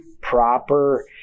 proper